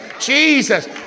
Jesus